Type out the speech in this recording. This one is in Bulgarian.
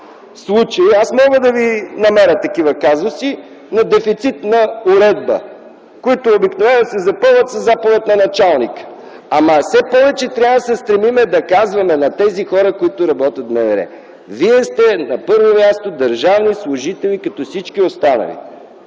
случая, аз мога да Ви намеря такива казуси на дефицит на уредба, които обикновено се запълват със заповед на началника. Все повече трябва да се стремим да казваме на тези хора, които работят в МВР: „Вие сте на първо място държавни служители като всички останали”.